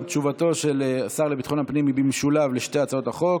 תשובתו של השר לביטחון הפנים היא במשולב על שתי הצעות החוק,